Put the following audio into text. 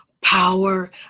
power